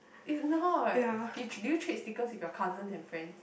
it's not you do you trade stickers with your cousins and friends